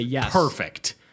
perfect